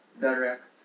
direct